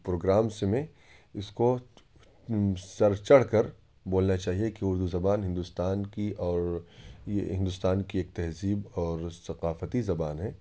اور پروگرامز میں اس کو سر چڑھ کر بولنا چاہیے کہ اردو زبان ہندوستان کی اور یہ ہندوستان کی ایک تہذیب اور ثقافتی زبان ہے